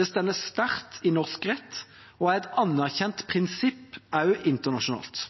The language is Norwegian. sterkt i norsk rett og er et anerkjent prinsipp også internasjonalt.